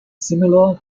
similar